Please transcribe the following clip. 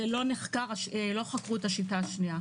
לא חקרו את השיטה השנייה.